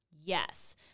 Yes